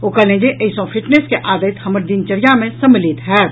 ओ कहलनि जे एहि सॅ फिटनेस के आदति हमर दिनचर्या मे सम्मिलित होयत